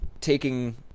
taking